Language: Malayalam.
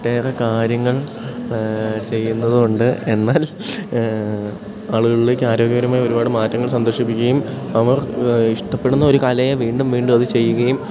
ഒട്ടേറെ കാര്യങ്ങൾ ചെയ്യുന്നതു കൊണ്ട് എന്നാൽ ആളുകളിലേക്ക് ആരോഗ്യപരമായി ഒരുപാട് മാറ്റങ്ങൾ സന്തോഷിപ്പിക്കുകയും അവർ ഇഷ്ടപ്പെടുന്ന ഒരു കലയെ വീണ്ടും വീണ്ടും അത് ചെയ്യുകയും